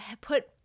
put